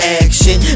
action